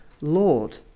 Lord